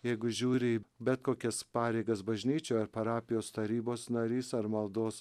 jeigu žiūri į bet kokias pareigas bažnyčioj parapijos tarybos narys ar maldos